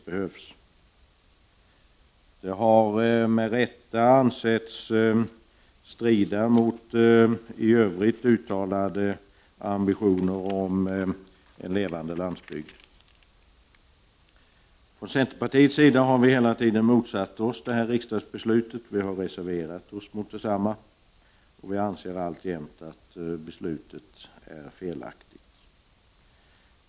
Beslutet har med rätta ansetts strida mot i övrigt uttalade ambitioner om en levande landsbygd. Från centerpartiets sida har vi hela tiden motsatt oss detta riksdagsbeslut, och vi har reserverat oss mot detsamma. Vi anser alltjämt att beslutet är felaktigt.